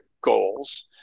goals